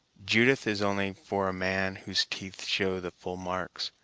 judith is only for a man whose teeth show the full marks,